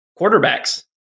quarterbacks